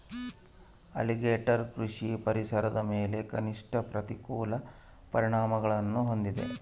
alligator ಕೃಷಿಯು ಪರಿಸರದ ಮೇಲೆ ಕನಿಷ್ಠ ಪ್ರತಿಕೂಲ ಪರಿಣಾಮಗುಳ್ನ ಹೊಂದಿದೆ